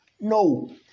No